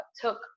took